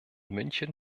münchen